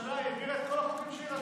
הממשלה העבירה את כל החוקים שהיא רצתה.